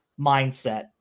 mindset